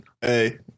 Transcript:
hey